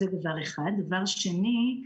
דבר שני.